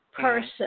person